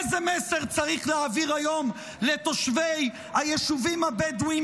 איזה מסר צריך להעביר היום לתושבי היישובים הבדואיים